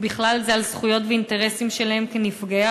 ובכלל זה על זכויות ואינטרסים שלהם כנפגעי